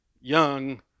young